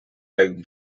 like